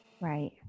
right